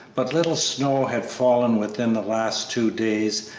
but little snow had fallen within the last two days,